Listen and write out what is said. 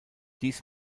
dies